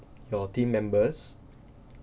your team members